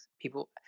People